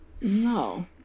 No